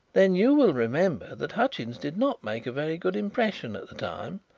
then you will remember that hutchins did not make a very good impression at the time.